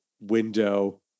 window